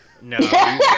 no